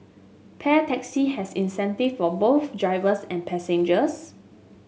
Pair Taxi has incentive for both drivers and passengers